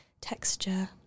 texture